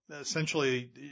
essentially